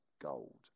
gold